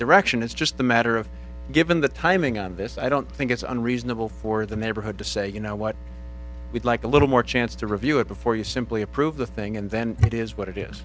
direction it's just a matter of given the timing on this i don't think it's unreasonable for the mayor hood to say you know what we'd like a little more chance to review it before you simply approve the thing and then it is what it is